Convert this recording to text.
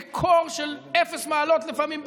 בקור של אפס מעלות לפעמים,